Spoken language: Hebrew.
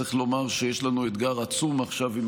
צריך לומר שיש לנו אתגר עצום עכשיו עם